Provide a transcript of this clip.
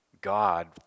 god